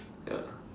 ya